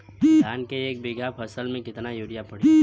धान के एक बिघा फसल मे कितना यूरिया पड़ी?